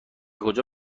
کجا